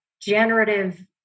generative